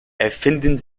erfinden